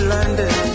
London